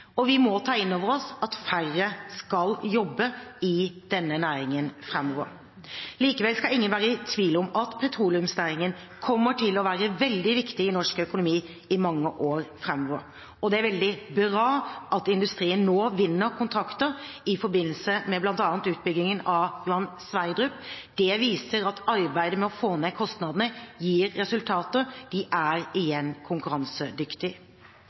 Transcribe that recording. kysten. Vi må ta inn over oss at færre skal jobbe i denne næringen framover. Likevel skal ingen være i tvil om at petroleumsnæringen kommer til å være veldig viktig i norsk økonomi i mange år framover. Det er veldig bra at industrien nå vinner kontrakter i forbindelse med bl.a. utbyggingen av Johan Sverdrup. Det viser at arbeidet med å få ned kostnadene gir resultater. Vi er igjen